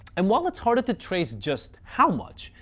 and while it's harder to trace just how much,